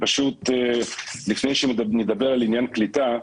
לפני שנדבר על עניין קליטה,